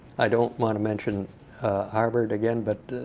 i don't want to mention harvard again, but